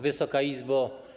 Wysoka Izbo!